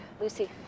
Lucy